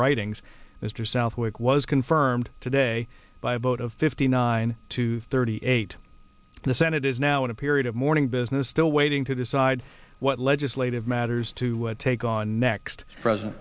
writings mr southwick was confirmed today by a vote of fifty nine to thirty eight the senate is now in a period of morning business still waiting to decide what legislative matters to take on next president